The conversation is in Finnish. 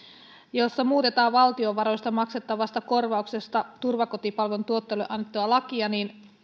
jossa muutetaan valtion varoista maksettavasta korvauksesta turvakotipalvelun tuottajalle annettua lakia niin